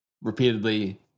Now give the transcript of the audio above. repeatedly